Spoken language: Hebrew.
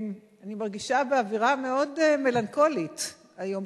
אני מרגישה באווירה מאוד מלנכולית היום,